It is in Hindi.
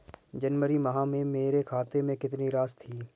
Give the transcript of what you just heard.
जनवरी माह में मेरे खाते में कितनी राशि थी?